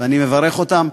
ואני מברך אותם.